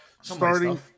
starting